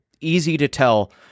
easy-to-tell